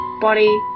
body